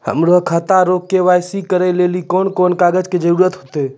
हमरो खाता रो के.वाई.सी करै लेली कोन कोन कागज के जरुरत होतै?